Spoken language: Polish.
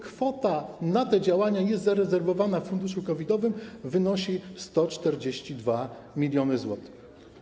Kwota na te działania jest zarezerwowana w funduszu COVID-owym i wynosi 142 mln zł.